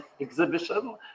exhibition